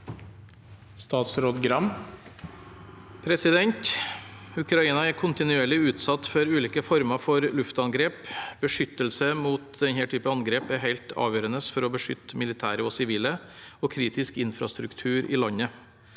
Ukraina er kontinuerlig utsatt for ulike former for luftangrep. Beskyttelse mot den typen angrep er helt avgjørende for å beskytte militære og sivile og kritisk infrastruktur i landet.